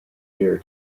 dear